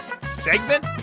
segment